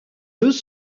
œufs